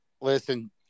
Listen